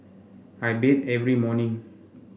I bathe every morning